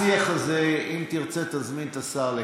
השיח הזה, אם תרצה, תזמין את השר לקפה.